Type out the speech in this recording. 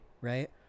right